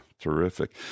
terrific